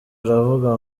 aravuga